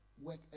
work